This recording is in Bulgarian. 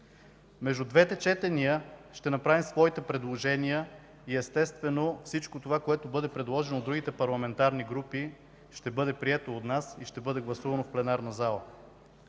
Между двете четения ще направим своите предложения и естествено всичко това, което бъде предложено от другите парламентарни групи, ще бъде прието от нас и ще бъде гласувано в пленарната зала.